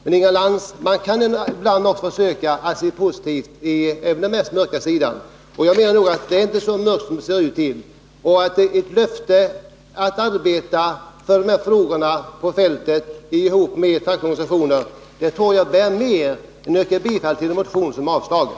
Men, Inga Lantz, man kan ibland försöka se positivt även på den mörkaste sidan — och jag menar nog att det i detta fall inte är så mörkt som det ser ut. Ett löfte att arbeta offentligt för dessa frågor tillsammans med de fackliga organisationerna tror jag ger mer än ett yrkande om bifall till en motion som är avstyrkt.